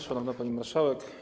Szanowna Pani Marszałek!